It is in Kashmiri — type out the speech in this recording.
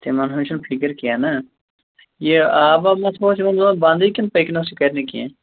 تِمَن ہٕنٛز چھَنہٕ فِکِر کیٚنٛہہ نہَ یہِ آب واب ما تھَوہوس یِمن دۅہن بَنٛدٕے کِنہٕ پٔکۍنَس یہِ کَرِ نہٕ کیٚنٛہہ